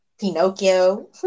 Pinocchio